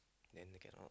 then they cannot